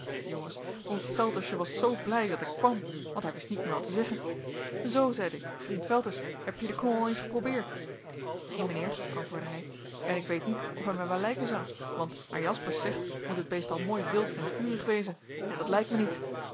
jongens ons veltersje was zoo blij dat ik kwam want hij wist niet meer wat te zeggen zoo zeide ik vriend velters heb je den knol al eens geprobeerd neen mijnheer antwoordde hij en ik weet niet of hij mij wel lijken zou want naar jaspersz zegt moet het beest al mooi wild en vurig wezen en dat lijkt mij niet